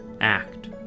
act